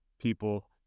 people